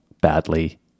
badly